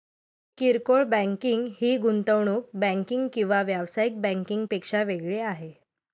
किरकोळ बँकिंग ही गुंतवणूक बँकिंग किंवा व्यावसायिक बँकिंग पेक्षा वेगळी आहे